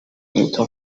into